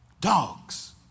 Dogs